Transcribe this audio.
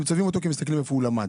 מסתכלים היכן למד.